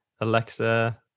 alexa